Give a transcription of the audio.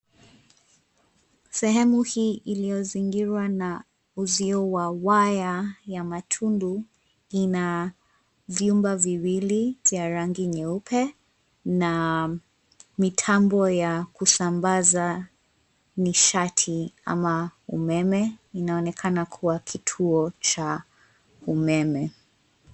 Sehemu hii iliyozingirwa na uzio wa waya ya matundu ina vyumba viwili vya rangi nyeupe na mitambo ya kusambaza nishati ama umeme. Inaonekana kuwa kituo cha umeme.